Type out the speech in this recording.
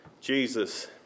Jesus